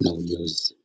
na ujuzi.